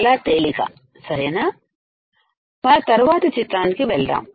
చాలా తేలిక సరేనా మన తరువాతి చిత్రానికి వెళ్దాం